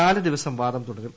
നാല് ദിവസം വാദം തുടരും